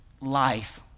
life